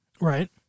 Right